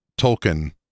Tolkien